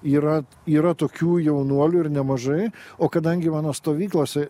yra yra tokių jaunuolių ir nemažai o kadangi mano stovyklose